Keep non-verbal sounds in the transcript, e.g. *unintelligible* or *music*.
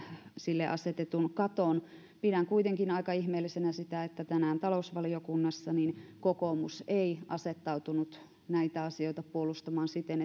sille asetetun katon pidän kuitenkin aika ihmeellisenä sitä että tänään talousvaliokunnassa kokoomus ei asettautunut näitä asioita puolustamaan siten *unintelligible*